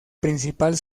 principal